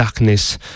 Darkness